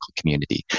community